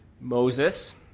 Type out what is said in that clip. Moses